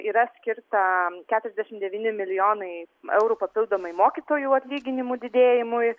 yra skirta keturiasdešim devyni milijonai eurų papildomai mokytojų atlyginimų didėjimui